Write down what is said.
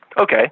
okay